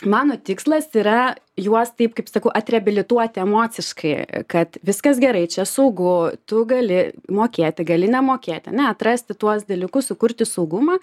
mano tikslas yra juos taip kaip sakau atreabilituoti emociškai kad viskas gerai čia saugu tu gali mokėti gali nemokėti ane atrasti tuos dalykus sukurti saugumą